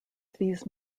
these